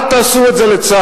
אל תעשו את זה לצה"ל,